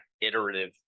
iterative